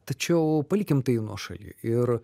tačiau palikim tai nuošaly ir